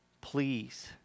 please